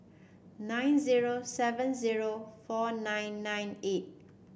nine zero seven zero four nine nine eight